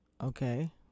okay